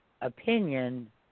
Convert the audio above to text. opinion